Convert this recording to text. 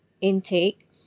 intake